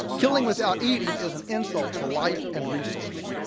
killing without eating is an insult to life and resource.